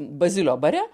bazilio bare